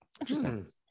Interesting